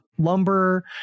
lumber